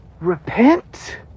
Repent